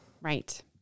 Right